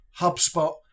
HubSpot